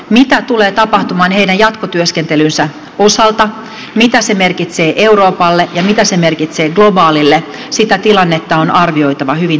mitä tulee tapahtumaan heidän jatkotyöskentelynsä osalta mitä se merkitsee euroopalle ja mitä se merkitsee globaalille sitä tilannetta on arvioitava hyvin tarkasti